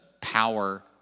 power